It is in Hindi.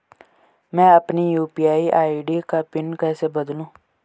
मैं अपनी यू.पी.आई आई.डी का पिन कैसे बदलूं?